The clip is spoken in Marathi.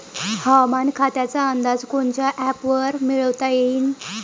हवामान खात्याचा अंदाज कोनच्या ॲपवरुन मिळवता येईन?